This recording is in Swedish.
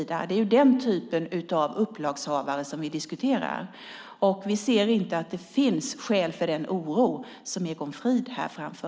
Det är den typen av upplagshavare vi diskuterar. Vi ser inte att det finns skäl för den oro som Egon Frid uttrycker.